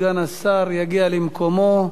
סגן השר יגיע למקומו.